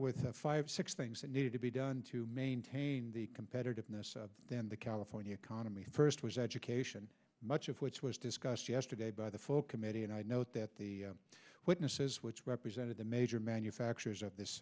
with five six things that needed to be done to maintain the competitiveness of the california economy first was education much of which was discussed yesterday by the full committee and i note that the witnesses which represented the major manufacturers of this